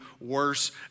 worse